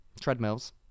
Treadmills